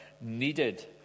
needed